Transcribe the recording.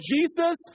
Jesus